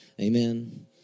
Amen